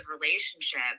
relationship